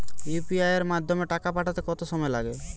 UPI এর মাধ্যমে টাকা পাঠাতে কত সময় লাগে?